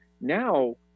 now